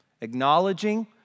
acknowledging